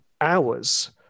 hours